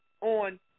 on